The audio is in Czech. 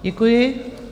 Děkuji.